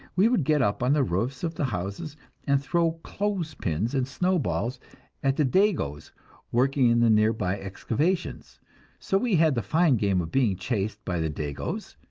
we would get up on the roofs of the houses and throw clothes-pins and snow-balls at the dagoes working in the nearby excavations so we had the fine game of being chased by the dagoes,